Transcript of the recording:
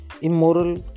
immoral